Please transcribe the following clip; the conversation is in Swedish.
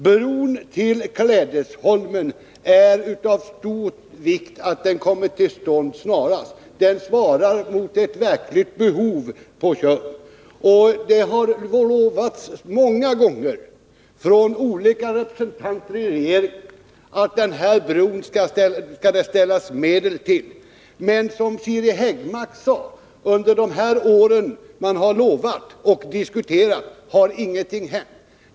Det är av stor vikt att bron till Klädesholmen kommer till stånd snarast. Den svarar mot ett verkligt behov på Tjörn. Det har lovats många gånger från olika representanter för regeringen att det skall ställas medel till förfogande för den här bron. Men det har, som Siri Häggmark sade, inte hänt någonting under de år då denna fråga har diskuterats och löften givits.